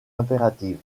impérative